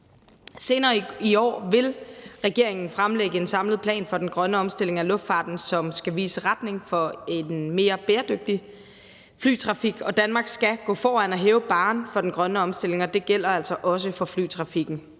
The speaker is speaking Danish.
Senere i år vil regeringen fremlægge en samlet plan for den grønne omstilling af luftfarten, som skal vise retning for en mere bæredygtig flytrafik, og Danmark skal gå foran og hæve barren for den grønne omstilling. Det gælder altså også for flytrafikken.